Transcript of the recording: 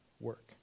work